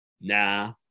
nah